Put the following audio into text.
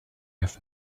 have